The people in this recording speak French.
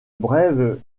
brève